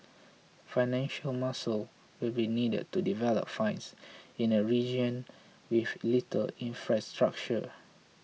financial muscle will be needed to develop finds in a region with little infrastructure